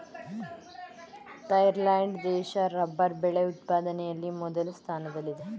Thailand ದೇಶ rubber ಬೆಳೆ ಉತ್ಪಾದನೆಯಲ್ಲಿ ಮೊದಲ ಸ್ಥಾನದಲ್ಲಿದೆ